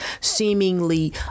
seemingly